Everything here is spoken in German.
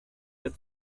der